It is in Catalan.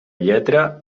lletra